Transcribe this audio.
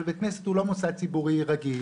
אבל בית כנסת הוא לא מוסד ציבורי רגיל.